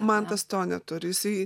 mantas to neturi jisai